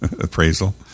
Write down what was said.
appraisal